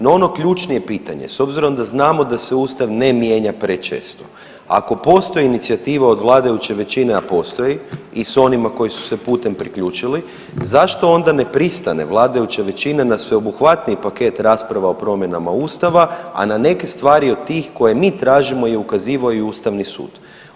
No, ono ključnije pitanje s obzirom da znamo da se Ustav ne mijenja prečesto, ako postoji inicijativa od vladajuće većine, a postoji i s onima koji su se putem priključili zašto onda ne pristane vladajuća većina na sveobuhvatniji paket rasprava o promjenama Ustava, a na neke stvari od tih koje mi tražimo je ukazivao i Ustavni sud.